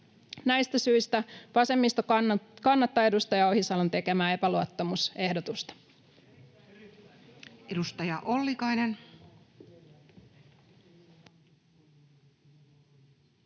Näistä syistä vasemmisto kannattaa edustaja Ohisalon tekemää epäluottamusehdotusta.